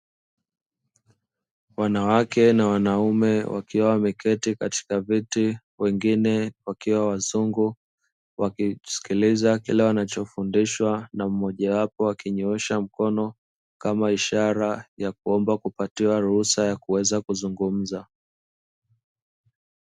Wanawake na wanaume wakiwa wameketi katika viti wengine wakiwa wazungu, wakisikiliza kile wanachofundishwa na mmoja wapo akinyoosha mkono kama ishara ya kuomba kupatiwa ruhusa ya kuweza kuzungumza.